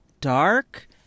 dark